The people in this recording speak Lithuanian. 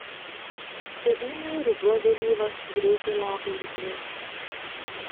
tėvynėj ruduo vėlyvas greitai lapai nukris